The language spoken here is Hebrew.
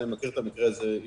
אז אני מכיר את המקרה הזה אישית.